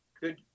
good